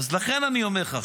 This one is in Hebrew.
אז לכן אני אומר לך.